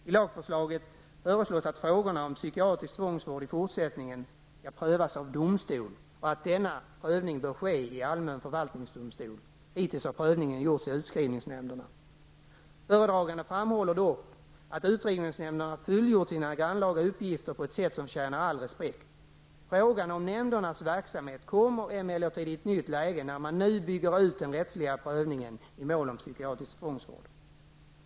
I lagförslaget sägs att frågorna om psykiatrisk tvångsvård i fortsättningen skall prövas av domstol och att denna prövning bör ske i allmän förvaltningsdomstol. Hittills har prövningen gjorts i utskrivningsnämnderna. Föredragande framhåller dock att utskrivningsnämnderna fullgjort sina grannlaga uppgifter på ett sätt som tjänar all respekt. Frågan om nämndernas verksamhet kommer emellertid i ett nytt läge när man nu bygger ut den rättsliga prövningen i mål om psykiatrisk tvångsvård.